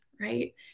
right